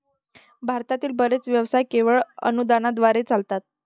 भारतातील बरेच व्यवसाय केवळ अनुदानाद्वारे चालतात